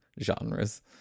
genres